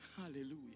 Hallelujah